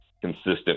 consistent